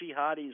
jihadis